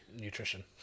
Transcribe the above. nutrition